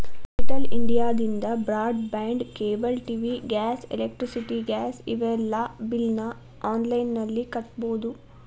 digital ಇಂಡಿಯಾದಿಂದ broadband cable TV gas electricity gas ಇವೆಲ್ಲಾ ಬಿಲ್ನ ಆನ್ಲೈನ್ ನಲ್ಲಿ ಕಟ್ಟಬೊದು